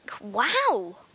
Wow